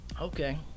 okay